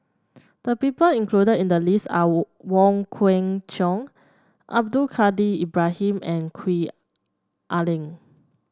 the people included in the list are Wong Kwei Cheong Abdul Kadir Ibrahim and Gwee Ah Leng